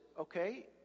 okay